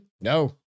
No